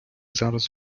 зараз